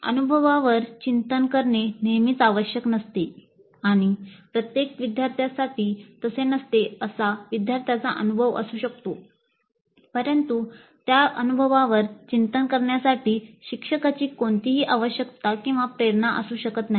अनुभवावर चिंतन करणे नेहमीच आवश्यक नसते आणि प्रत्येक विदार्थ्यासाठी तसे नसते असा विद्यर्थ्यांचा अनुभव असू शकतो परंतु त्या अनुभवावर चिंतन करण्यासाठी शिक्षकाची कोणतीही आवश्यकता किंवा प्रेरणा असू शकत नाही